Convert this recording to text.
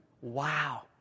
Wow